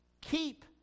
Keep